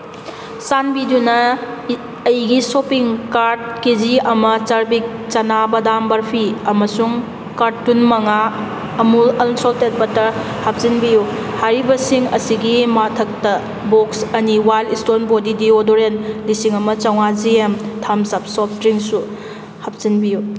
ꯆꯥꯟꯕꯤꯗꯨꯅ ꯑꯩꯒꯤ shopping cart K G ꯑꯃ ꯆꯥꯔꯕꯤꯛ ꯆꯅꯥ ꯕꯗꯥꯝ ꯕꯔꯐꯤ ꯑꯃꯁꯨꯡ ꯀꯥꯔꯇꯨꯟ ꯃꯉꯥ ꯑꯃꯨꯜ ꯑꯟꯁꯣꯜꯇꯦꯠ ꯕꯇꯔ ꯍꯥꯞꯆꯤꯟꯕꯤꯌꯨ ꯍꯥꯏꯔꯤꯕꯁꯤꯡ ꯑꯁꯤꯒꯤ ꯃꯊꯛꯇ ꯕꯣꯛꯁ ꯑꯅꯤ ꯋꯥꯏꯜ ꯏꯁꯇꯣꯟ ꯕꯣꯗꯤ ꯗꯤꯌꯣꯗꯣꯔꯦꯟ ꯂꯤꯁꯤꯡ ꯑꯃ ꯆꯝꯉꯥ ꯖꯤ ꯑꯦꯝ ꯊꯝꯁ ꯎꯞ ꯁꯣꯐ ꯗ꯭ꯔꯤꯡꯁꯨ ꯍꯥꯞꯆꯤꯟꯕꯤꯌꯨ